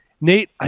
Nate